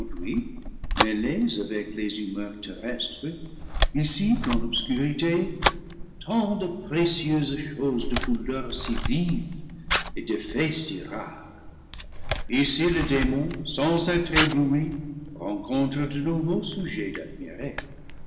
avec les humeurs terrestres ici dans l'obscurité tant de précieuses choses de couleurs si vives et d'effets si rares ici le démon sans être ébloui rencontre de nouveaux sujets d'admirer